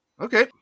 Okay